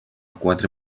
quatre